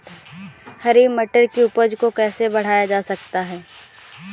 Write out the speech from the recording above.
हरी मटर की उपज को कैसे बढ़ाया जा सकता है?